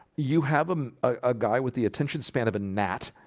you have um a guy with the attention span of a gnat